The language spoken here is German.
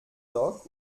dock